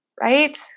right